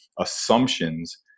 assumptions